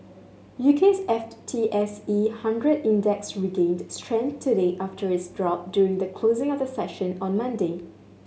U K's F T S E one hundred Index regained strength today after its drop during the closing of the session on Monday